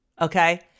okay